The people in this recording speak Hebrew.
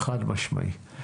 חד משמעי.